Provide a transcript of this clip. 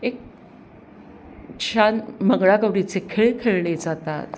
एक छान मंगळागौरीचे खेळ खेळले जातात